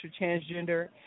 transgender